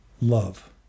love